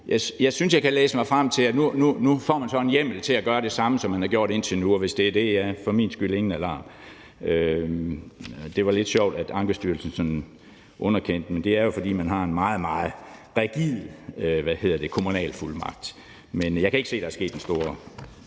Jeg synes, jeg kan læse mig frem til, at man nu får en hjemmel til at gøre det samme, som man har gjort indtil nu, og hvis det er sådan, det er, så for min skyld ingen alarm. Det var lidt sjovt, at Ankestyrelsen sådan underkendte det, men det er jo, fordi man har en meget, meget rigid kommunalfuldmagt. Men jeg kan ikke se, at der er sket den store